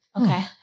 Okay